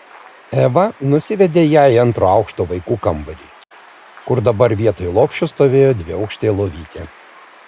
eva nusivedė ją į antro aukšto vaikų kambarį kur dabar vietoj lopšio stovėjo dviaukštė lovytė